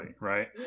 right